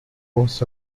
was